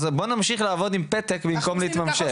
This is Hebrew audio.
אז בוא נמשיך לעבוד עם פתק במקום להתממשק.